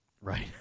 Right